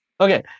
Okay